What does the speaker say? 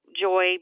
joy